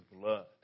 blood